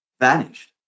vanished